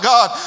God